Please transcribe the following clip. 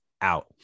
out